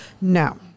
no